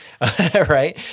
right